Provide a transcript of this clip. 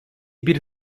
bir